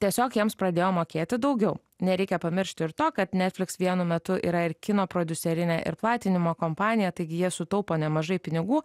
tiesiog jiems pradėjo mokėti daugiau nereikia pamiršti ir to kad netflix vienu metu yra ir kino prodiuserinė ir platinimo kompanija taigi jie sutaupo nemažai pinigų